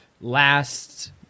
last –